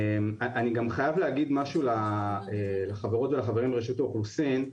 אני גם חייב להגיד משהו לחברות לחברים מרשות האוכלוסין,